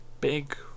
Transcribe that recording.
Big